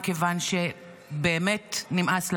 מכיוון שבאמת נמאס לנו.